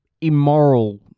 immoral